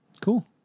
Cool